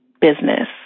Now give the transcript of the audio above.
business